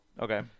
Okay